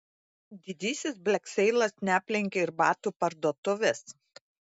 didysis blekseilas neaplenkė ir batų parduotuvės